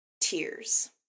tears